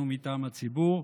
הציבור.